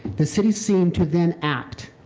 the city seemed to then act.